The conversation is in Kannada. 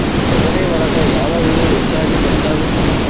ತೊಗರಿ ಒಳಗ ಯಾವ ಹುಳ ಹೆಚ್ಚಾಗಿ ಬರ್ತವೆ?